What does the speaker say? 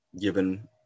given